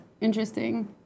interesting